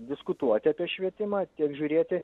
diskutuoti apie švietimą tiek žiūrėti